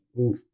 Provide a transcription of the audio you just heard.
oof